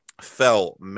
fell